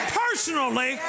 personally